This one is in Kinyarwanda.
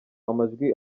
amajwi